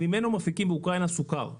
שממנו מפיקים באוקראינה סוכר.